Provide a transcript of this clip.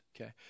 Okay